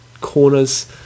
corners